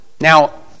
Now